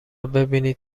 ببینید